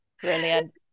Brilliant